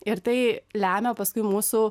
ir tai lemia paskui mūsų